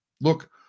Look